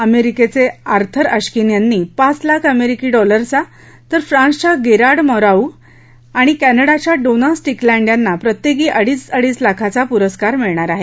अमेरिकेचे Arthur Ashkin यांना पाच लाख अमेरिकी डॉलरचा तर फ्रान्सच्या गेरार्ड मौराऊ आणि कॅनडाच्या डोना स्टिकलॅण्ड यांना प्रत्येकी अडीच अडीच लाखाचा प्रस्कार मिळणार आहे